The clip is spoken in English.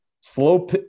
slow